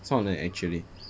some of them actually